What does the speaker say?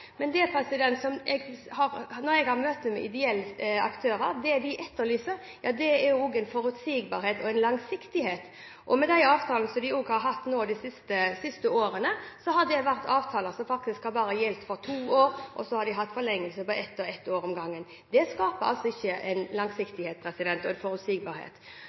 Men når jeg har møte med ideelle aktører, er det vi etterlyser også forutsigbarhet og langsiktighet, og de avtalene som de har hatt de siste årene, har vært avtaler som bare gjelder for to år, og så har det vært forlengelse på ett og ett år om gangen. Det skaper ikke langsiktighet og forutsigbarhet. Derfor blir det regjeringens viktige oppgave her å ha gode avtaler med ideell sektor, men også å dra nytte av og